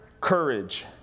courage